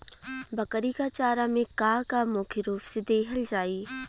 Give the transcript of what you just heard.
बकरी क चारा में का का मुख्य रूप से देहल जाई?